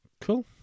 Cool